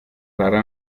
rara